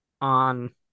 on